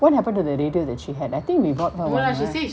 what happen to the radio that she had I think we got her one right lah